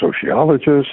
sociologists